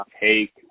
take